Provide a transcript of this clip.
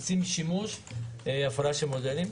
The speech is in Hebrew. עושים שימוש בהפעלה של מודלים.